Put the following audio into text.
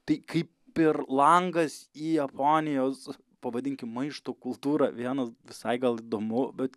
tai kaip ir langas į japonijos pavadinkim maišto kultūrą vienas visai gal įdomu bet